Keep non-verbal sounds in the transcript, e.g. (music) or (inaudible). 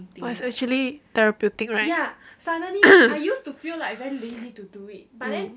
but it's actually therapeutic right (noise) um